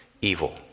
evil